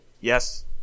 Yes